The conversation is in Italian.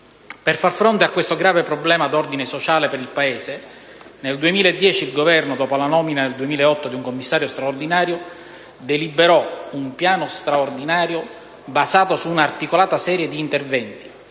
Per far fronte a questo grave problema di ordine sociale per il Paese, nel 2010 il Governo, dopo la nomina nel 2008 di un commissario straordinario, deliberò un piano straordinario basato su un'articolata serie di interventi,